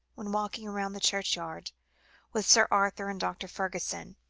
when, walking round the churchyard with sir arthur and dr. fergusson,